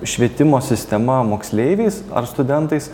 švietimo sistema moksleiviais ar studentais